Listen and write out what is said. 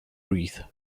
wreath